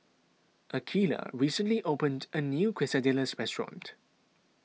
Akeelah recently opened a new Quesadillas restaurant